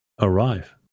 arrive